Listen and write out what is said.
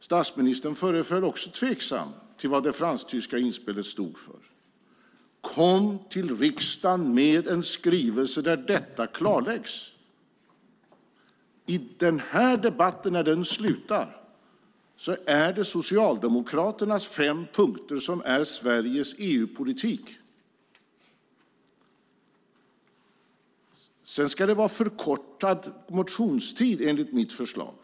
Statsministern föreföll också tveksam till vad det fransk-tyska inspelet stod för. Kom till riksdagen med en skrivelse där detta klarläggs! När den här debatten slutar är det Socialdemokraternas fem punkter som är Sveriges EU-politik. Sedan ska det vara förkortad motionstid, enligt mitt förslag.